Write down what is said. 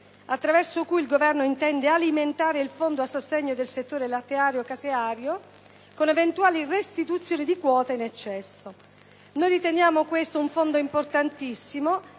attraverso cui il Governo intende alimentare il fondo a sostegno del settore latteario-caseario con eventuali restituzioni di quote in eccesso. Noi riteniamo questo un fondo importantissimo,